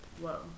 Whoa